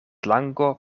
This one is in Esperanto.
lango